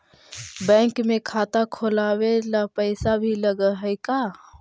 Bank में खाता खोलाबे ल पैसा भी लग है का?